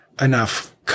Enough